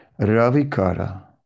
Ravikara